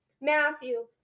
Matthew